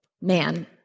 man